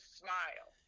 smile